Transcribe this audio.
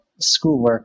schoolwork